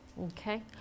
okay